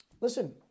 Listen